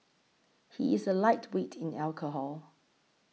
he is a lightweight in alcohol